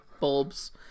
bulbs